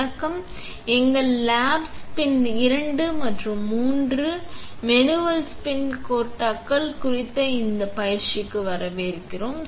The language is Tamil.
வணக்கம் எங்கள் லேப் ஸ்பின் 2 மற்றும் 3 மேனுவல் ஸ்பின் கோட்டர்கள் குறித்த இந்தப் பயிற்சிக்கு வரவேற்கிறோம்